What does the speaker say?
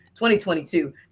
2022